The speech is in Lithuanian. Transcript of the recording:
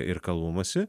ir kalbamasi